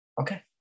Okay